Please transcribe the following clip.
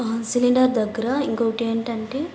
cylinder దగ్గర ఇంకోటి ఏంటంటే